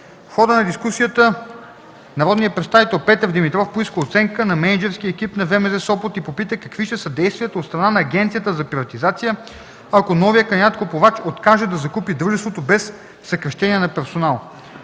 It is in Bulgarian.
В хода на дискусията народният представител Петър Димитров поиска оценка на мениджърския екип на ВМЗ – Сопот, и попита какви ще са действията от страна на Агенцията за приватизация, ако новият кандидат-купувач откаже да закупи дружеството без съкращения на персонала.